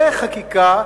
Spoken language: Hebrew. דרך חקיקה,